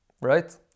right